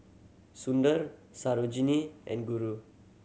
Sundar Sarojini and Guru